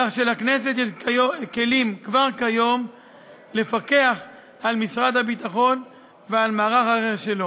כך שלכנסת יש כלים כבר כיום לפקח על משרד הביטחון ועל מערך הרכש שלו.